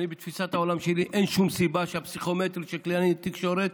בתפיסת העולם שלי אין שום סיבה שהפסיכומטרי של קלינאי תקשורת